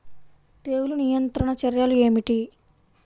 తెగులు నియంత్రణ చర్యలు ఏమిటి?